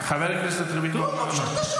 חבר הכנסת רביבו, אנא.